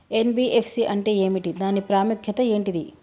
NBFC అంటే ఏమిటి దాని ప్రాముఖ్యత ఏంటిది?